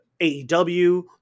AEW